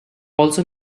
also